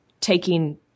taking –